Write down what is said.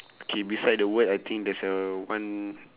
okay beside the word I think there is a one